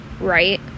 right